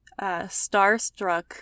Starstruck